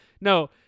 No